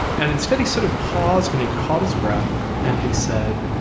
and instead he sort of paused and he caught his breath and he said,